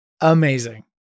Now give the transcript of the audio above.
amazing